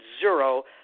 zero